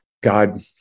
God